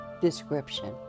description